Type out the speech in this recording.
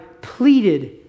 pleaded